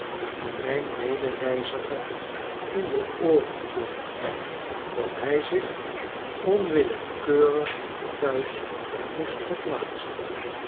die mijn medereiziger in de ooren klonk dat hij zich onwillekeurig weer thuis moest verplaatsen